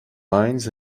mines